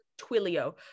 twilio